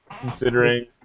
considering